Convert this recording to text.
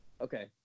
Okay